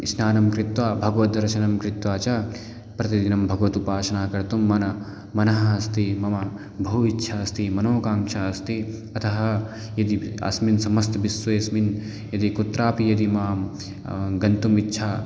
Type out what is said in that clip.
स्नानं कृत्वा भगवद्दर्शनं कृत्वा च प्रतिदिनं भगवदुपासनां कर्तुं मनः मनः अस्ति मम बहु इच्छा अस्ति मनोकांक्षा अस्ति अतः इति अस्मिन् समस्त विश्वेस्मिन् यदि कुत्रापि यदि माम् गन्तुम् इच्छा